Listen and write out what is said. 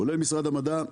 כולל משרד המדע,